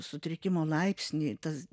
sutrikimo laipsnį tas